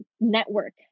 network